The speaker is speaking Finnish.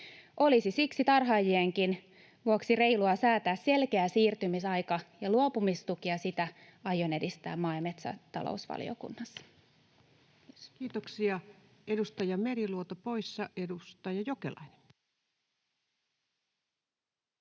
Olisi siksi tarhaajienkin vuoksi reilua säätää selkeä siirtymisaika ja luopumistuki, ja sitä aion edistää maa- ja metsätalousvaliokunnassa. [Speech 159] Speaker: Ensimmäinen varapuhemies